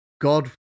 God